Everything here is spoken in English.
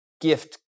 gift